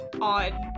odd